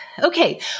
Okay